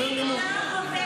בסדר גמור.